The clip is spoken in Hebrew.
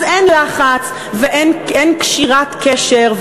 אז אין לחץ ואין קשירת קשר,